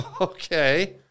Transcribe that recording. Okay